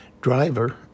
driver